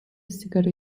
sigara